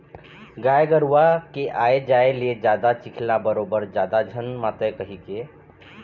गाय गरूवा के आए जाए ले जादा चिखला बरोबर जादा झन मातय कहिके